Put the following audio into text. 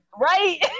Right